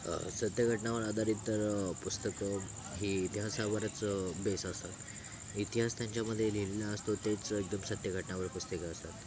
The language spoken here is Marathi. सत्य घटनावर आधारित पुस्तकं ही इतिहासावरच बेस असतात इतिहास त्यांच्यामध्ये लिहिलेला असतो तेच एकदम सत्य घटनावर पुस्तकं असतात